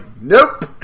Nope